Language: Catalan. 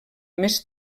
més